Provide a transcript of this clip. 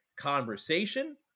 conversation